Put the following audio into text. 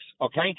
okay